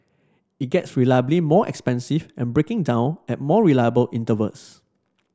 it gets reliably more expensive and breaking down at more reliable intervals